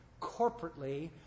corporately